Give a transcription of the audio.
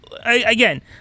again